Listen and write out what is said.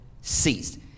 ceased